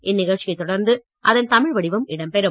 இந்நிகழ்ச்சியை தொடர்ந்து அதன் தமிழ் வடிவம் இடம்பெறும்